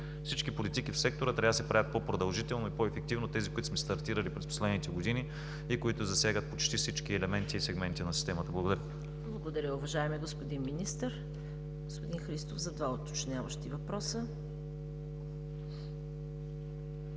Всички политики в сектора трябва да се правят по-продължително и по-ефективно – тези, които сме стартирали през последните години и които засягат почти всички елементи и сегменти на системата. Благодаря. ПРЕДСЕДАТЕЛ ЦВЕТА КАРАЯНЧЕВА: Благодаря, уважаеми господин Министър. Господин Христов, за два уточняващи въпроса.